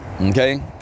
Okay